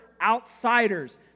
outsiders